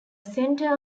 center